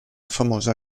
famosa